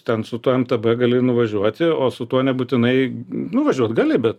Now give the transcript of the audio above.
ten su tuo mtb gali nuvažiuoti o su tuo nebūtinai nu važiuot gali bet